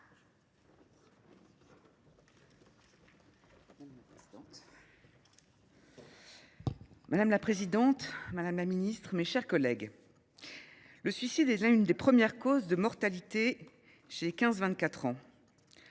Madame la présidente, madame la ministre, mes chers collègues, le suicide est l’une des premières causes de mortalité chez les 15 24 ans.